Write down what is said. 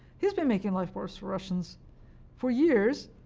he has been making life worse for russians for years,